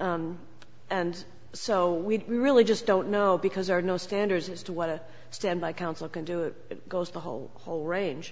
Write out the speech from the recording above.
and so we really just don't know because there are no standards as to what a standby counsel can do it goes the whole whole range